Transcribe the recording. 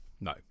No